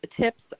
tips